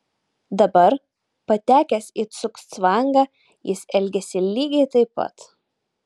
dabar patekęs į cugcvangą jis elgiasi lygiai taip pat